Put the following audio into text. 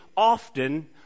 often